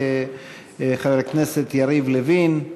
חבר הכנסת יריב לוין,